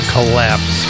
Collapse